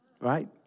right